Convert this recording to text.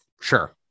Sure